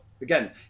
again